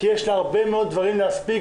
כי יש לה הרבה מאוד דברים להספיק,